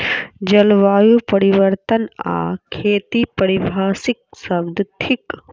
जलवायु परिवर्तन आ खेती पारिभाषिक शब्द थिक